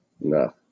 No